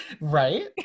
Right